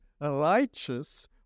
righteous